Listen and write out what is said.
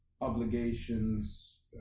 obligations